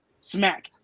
smack